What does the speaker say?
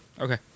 Okay